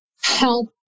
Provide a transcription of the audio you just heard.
help